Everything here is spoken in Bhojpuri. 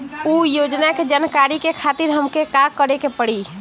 उ योजना के जानकारी के खातिर हमके का करे के पड़ी?